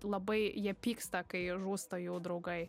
labai jie pyksta kai žūsta jų draugai